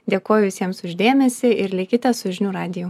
dėkoju visiems už dėmesį ir likite su žinių radiju